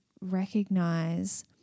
recognize